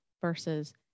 versus